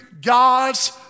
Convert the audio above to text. God's